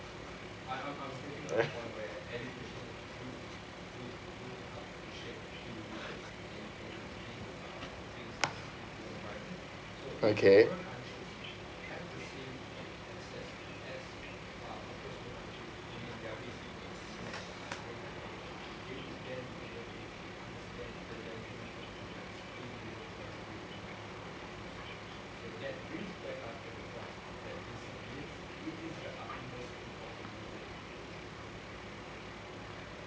eh okay